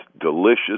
delicious